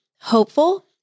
hopeful